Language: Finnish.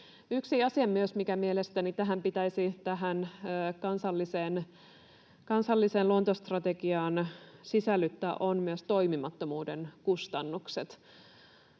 pitäisi tähän kansalliseen luontostrategiaan sisällyttää, on myös toimimattomuuden kustannukset.